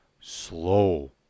Slow